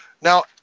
Now